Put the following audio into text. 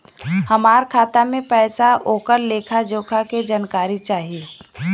हमार खाता में पैसा ओकर लेखा जोखा के जानकारी चाही?